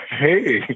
Hey